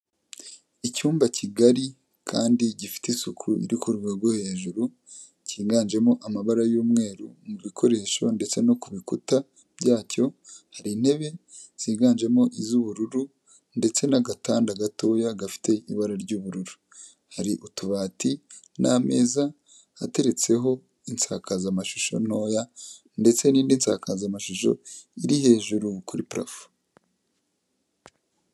Icyumba kigari kandi gifite isuku iri ku rwego hejuru kiganjemo amabara y'umweru mu bikoresho ndetse no ku bikuta byacyo hari intebe ziganjemo iz'ubururu ndetse n'agatanda gatoya gafite ibara ry'ubururu, hari utubati n'ameza ateretseho insakazamashusho ntoya ndetse n'indi nsakazamashusho iri hejuru kuri purafo.